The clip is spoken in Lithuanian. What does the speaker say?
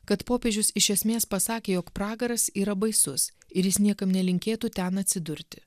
kad popiežius iš esmės pasakė jog pragaras yra baisus ir jis niekam nelinkėtų ten atsidurti